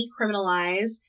decriminalize